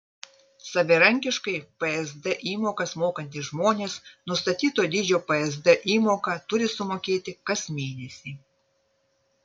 savarankiškai psd įmokas mokantys žmonės nustatyto dydžio psd įmoką turi sumokėti kas mėnesį